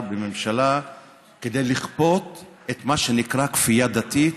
בממשלה כדי לכפות מה שנקרא כפייה דתית